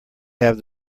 have